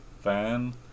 fan